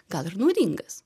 gal ir naudingas